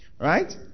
Right